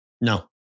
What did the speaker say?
No